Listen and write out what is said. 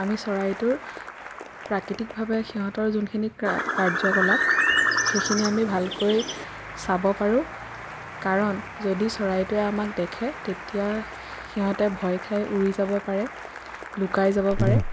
আমি চৰাইটোৰ প্ৰাকৃতিকভাৱে সিহঁতৰ যোনখিনি কা কাৰ্য কলাপ সেইখিনি আমি ভালকৈ চাব পাৰোঁ কাৰণ যদি চৰাইটোৱে আমাক দেখে তেতিয়া সিহঁতে ভয় খাই উৰি যাব পাৰে লুকাই যাব পাৰে